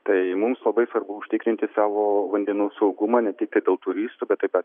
tai mums labai svarbu užtikrinti savo vandenų saugumą ne tiktai dėl turistų bet tai pat